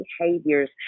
behaviors